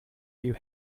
will